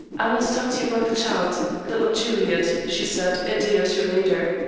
i want to talk to you about the child, little juliet, she said, a day or two later.